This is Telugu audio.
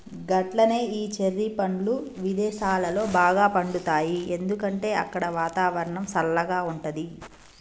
గట్లనే ఈ చెర్రి పండ్లు విదేసాలలో బాగా పండుతాయి ఎందుకంటే అక్కడ వాతావరణం సల్లగా ఉంటది